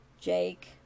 Jake